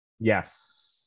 Yes